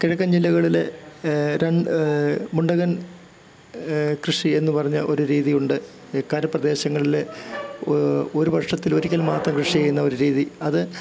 കിഴക്കൻ ജില്ലകളില് രണ് മുണ്ടകൻ കൃഷിയെന്ന് പറഞ്ഞ ഒരു രീതിയുണ്ട് കരപ്രദേശങ്ങളിലെ ഒരു വർഷത്തിൽ ഒരിക്കൽ മാത്രം കൃഷിയ്യുന്ന ഒരു രീതി അത്